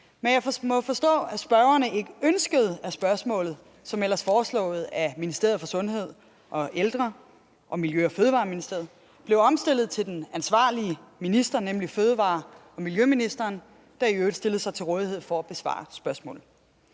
men jeg må forstå, at spørgeren ikke ønskede, at spørgsmålet, som ellers foreslået af Sundheds- og Ældreministeriet og Miljø- og Fødevareministeriet, blev stilet til den ansvarlige minister, nemlig miljø- og fødevareministeren, der i øvrigt stillede sig til rådighed for at besvare spørgsmålet.